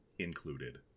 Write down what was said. Included